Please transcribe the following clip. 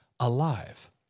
Alive